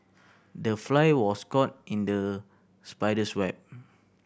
the fly was caught in the spider's web